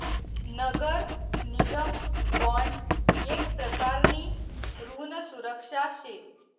नगर निगम बॉन्ड येक प्रकारनी ऋण सुरक्षा शे